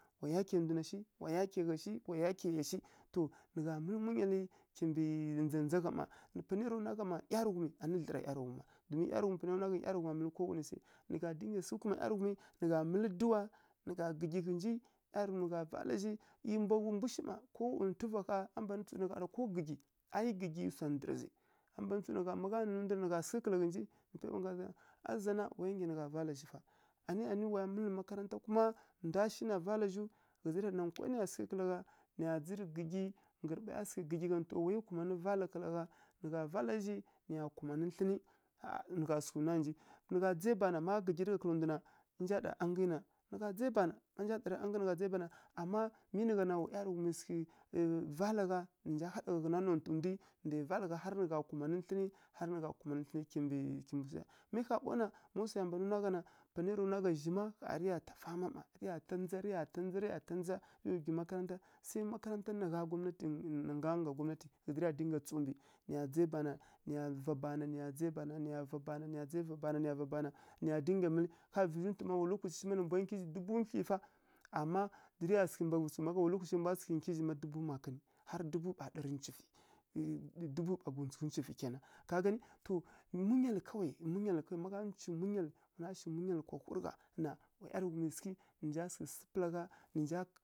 Wa yake ndwa na shi, wa yake gha shi. To wa yake ya shi to nǝ gha mǝlǝ munyalǝ kimbǝ ndza-ndza mma, panai yara nwa gha mma anǝ dlǝra ˈyarǝghum ma, domi ˈyarǝghuma mǝlǝ kowanai swi. Nǝ gha dinga sǝghǝ kǝla ˈyarǝghumi, nǝ gha mǝlǝ dǝwa, nǝ gha gǝggyi ghǝnji, ˈyarǝghum nǝ gha vala zhi ˈyi wa mbwagul mbu shi mma, ko ˈyi ntuva a mban gǝggyi nǝ gha ɗa ko gǝggyi nǝ gha gǝggyi ghǝnji aˈi gǝggyi swa ndǝrǝ zǝ ma gha nanǝ ndu na nǝ gha sǝghǝ kǝla ghǝnji a zana waya nggyi nǝ gha vala zhi fa anǝ waya mǝlǝ makaranta kuma ndwa shi na vala zhiw ghǝzǝ rǝya ɗa nkwai nǝya sǝghǝ kǝla gha nǝya dzǝrǝ gǝggyi gǝrǝɓa ya sǝghǝ gǝggyi gha nto wayǝ kumanǝ vala kǝla gha nǝ gha vala zhi nto wayǝ kumanǝ thlǝnǝ ƙha nǝ gha sǝghǝ nwa ghǝnji. Nǝ gha dzai bana ma gǝggyirǝ gha kǝla ndu an rǝ nja ɗa angǝi na nǝ gha dzai bana, ma nja dǝrǝ angǝi na nǝ dzai bana, mi nǝ gha na wa ˈyarǝghumi sǝghǝ vala gha nǝ nja haɗa gha ghǝna nontǝ ndwi ndwai vala gha harǝ nǝ gha kumanǝ thlǝnǝ kimbǝ mi ƙhá ɓaw na ma swai ya mban nwa gha na zhi ma ƙha rǝ ta fama mma rǝ ya ta ndza, rǝ ya ta ndza, rǝ ya tandza rǝ ya gwi makaranta makaranta gha ngga gwamnati ghǝzǝ nai ya tsǝw mbǝ, ghǝzǝ rǝ ya dinga tsǝw mbǝ nǝya dzai bana, nǝya dzai bana nǝya dzǝgha bana, nǝya dzai bana nǝya dzǝgha bana, nǝya dzai bana nǝya dzǝgha bana, nǝya dzai bana nǝya dzǝgha bana, nǝya dinga mǝlǝ harǝ vǝzhi ntu ma wa nontǝ lokaci shi ma nǝ mbwa nkyi zhi dubu nthlyi fa amma rǝya sǝghǝ mbaghǝvǝ tsǝw mbǝ makaranta lokacai mbwa sǝghǝ nkyi zhi ma harǝ dubu makǝnǝ harǝ dubu ɓughǝ ɓa ɗari ncufǝ ka gani to munyalǝ kawai munyalǝ, ma gha shi munyalǝ wana shi munyalǝ kwa hurǝ gha na wa ˈyarǝghumi sǝghǝ nǝ nja sǝghǝ sǝ pǝla gha.